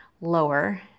lower